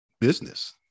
business